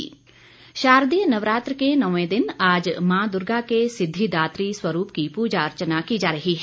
नवरात्र शारदीय नवरात्र के नौवें दिन आज माँ दुर्गा के सिद्धिदात्री स्वरूप की पूजा अर्चना की जा रही है